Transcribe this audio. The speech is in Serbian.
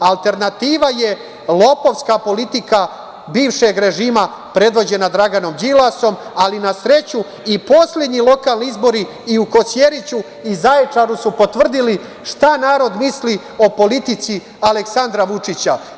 Alternativa je lopovska politika bivšeg režima predvođena Draganom Đilasom ali na sreću i poslednji lokalni izbori i u Kosjeriću i Zaječaru su potvrdili šta narod misli o politici Aleksandra Vučića.